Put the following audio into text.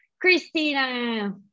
Christina